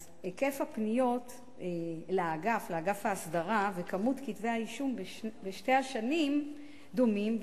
אז היקף הפניות לאגף ההסדרה ומספר כתבי האישום בשתי השנים דומים,